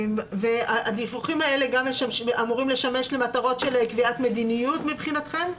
הדיווחים האלה אמורים לשמש למטרות של קביעת מדיניות מבחינתכם?